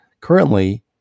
currently